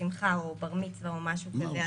שמחה או בר מצווה או משהו כזה אז הוא חייב בתו ירוק.